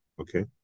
okay